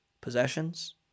possessions